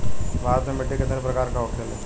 भारत में मिट्टी कितने प्रकार का होखे ला?